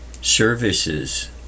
services